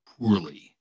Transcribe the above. poorly